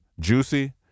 Juicy